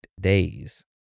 days